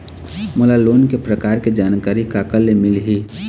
मोला लोन के प्रकार के जानकारी काकर ले मिल ही?